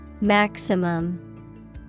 Maximum